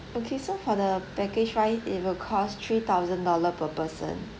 okay so for the package right it'll cost three thousand dollar per person